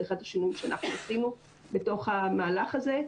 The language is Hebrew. זה אחד השינויים שאנחנו עשינו בתוך המהלך הזה.